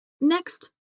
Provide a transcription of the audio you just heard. Next